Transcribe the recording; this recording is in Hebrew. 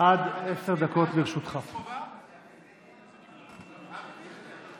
לא פחות ולא יותר מאשר לבטל את שירות החובה בצה"ל בעת הזאת.